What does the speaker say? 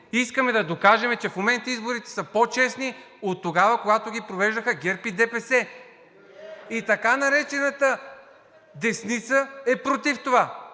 Искаме да докажем, че в момента изборите са по-честни от тогава, когато ги провеждаха ГЕРБ и ДПС. И така наречената десница е против това.